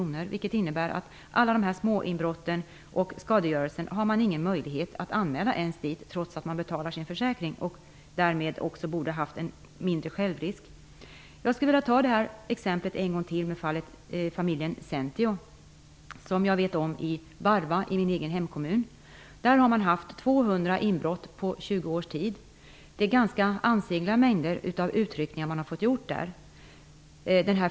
Det innebär att man inte ens har en möjlighet att anmäla alla de småinbrott och skadegörelser som man drabbas av till sitt försäkringsbolag, trots att man betalar sin försäkring och därmed borde haft en lägre självrisk. Jag vill alltså än en gång ta upp fallet med familjen Zentio, som jag känner till och som bor i min hemkommun. Under 20 års tid har det företaget haft 200 inbrott. Det är ganska ansenliga mängder utryckningar som man har fått göra.